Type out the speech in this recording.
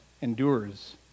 endures